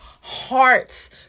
hearts